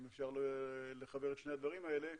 אם אפשר לחבר את שני הדברים האלה,